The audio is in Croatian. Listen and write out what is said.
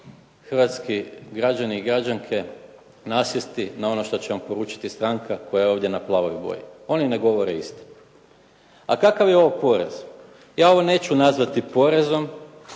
hrvatski građani i građanke, nasjesti na ono što će vam poručiti stranka koja je ovdje na plavoj boji. Oni ne govore istinu. A kakav je ovo porez? Ja ovo neću nazvati porezom,